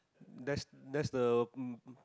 that's that's the um